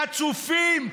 חצופים.